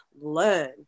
learn